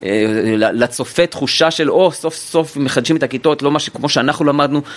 לצופה תחושה של הו סוף סוף מחדשים את הכיתות לא משהו כמו שאנחנו למדנו.